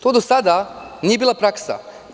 To do sada nije bila praksa.